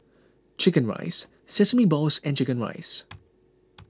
Chicken Rice Sesame Balls and Chicken Rice